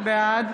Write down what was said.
בעד